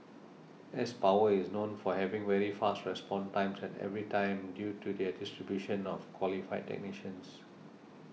s Power is known for having very fast response times at every time due to their distribution of qualified technicians